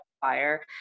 fire